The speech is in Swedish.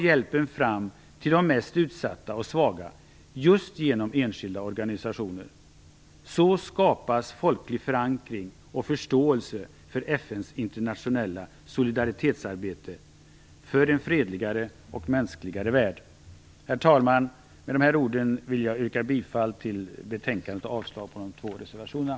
Hjälpen når fram till de mest utsatta och svaga just genom enskilda organisationer. Så skapas folklig förankring och förståelse för FN:s internationella solidaritetsarbete för en fredligare och mänskligare värld. Herr talman! Med dessa ord vill jag yrka bifall till hemställan i betänkandet och avslag på de två reservationerna.